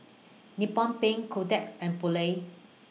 Nippon Paint Kotex and Poulet